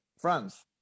France